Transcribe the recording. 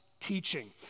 teaching